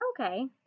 okay